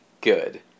good